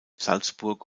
salzburg